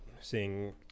seeing